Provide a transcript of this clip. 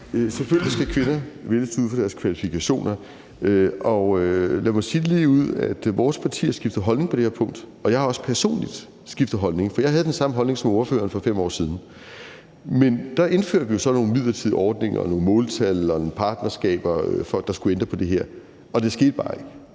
Selvfølgelig skal kvinder vælges ud fra deres kvalifikationer. Lad mig sige det ligeud: Vores parti har skiftet holdning på det her punkt, og jeg har også personligt skiftet holdning, for jeg havde den samme holdning som ordføreren for 5 år siden. Men vi indførte jo så nogle midlertidige ordninger og nogle måltal og partnerskaber og havde folk, der skulle ændre på det her, og det skete bare ikke.